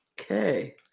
Okay